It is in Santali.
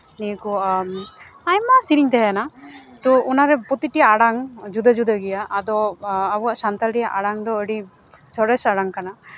ᱱᱤᱭᱟᱹ ᱠᱚ ᱟᱭᱢᱟ ᱥᱮᱨᱮᱧ ᱛᱟᱦᱮᱱᱟ ᱛᱚ ᱚᱱᱟᱨᱮ ᱯᱨᱚᱛᱤᱴᱤ ᱟᱲᱟᱝ ᱡᱩᱫᱟᱹ ᱡᱩᱫᱟᱹ ᱜᱮᱭᱟ ᱟᱨᱫᱚ ᱟᱵᱚᱣᱟᱜ ᱥᱟᱱᱛᱟᱲᱤ ᱟᱲᱟᱝ ᱫᱚ ᱟᱹᱰᱤ ᱥᱚᱨᱮᱥ ᱟᱲᱟᱝ ᱠᱟᱱᱟ